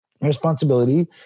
responsibility